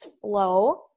flow